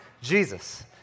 Jesus